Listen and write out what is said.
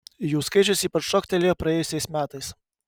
jų skaičius ypač šoktelėjo praėjusiais metais